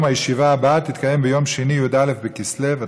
שלושה בעד, אין מתנגדים ואין נמנעים.